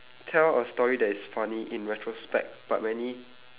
tell a story that is funny in retrospect but many